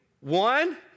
one